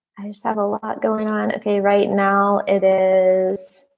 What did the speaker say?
i just have a lot going on okay right now. it is